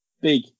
big